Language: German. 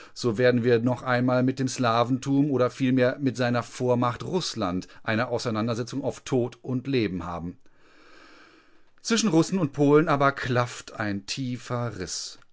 so werden wir noch einmal mit dem slaventum oder vielmehr mit seiner vormacht rußland eine auseinandersetzung auf tod und leben haben zwischen russen und polen aber klafft ein tiefer riß